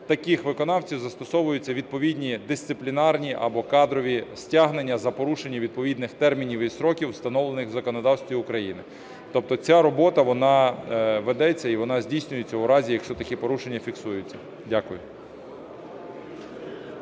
таких виконавців застосовуються відповідні дисциплінарні або кадрові стягнення за порушення відповідних термінів і строків встановлених в законодавстві України. Тобто ця робота вона ведеться і вона здійснюється у разі, якщо такі порушення фіксуються. Дякую.